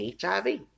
HIV